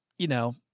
you know,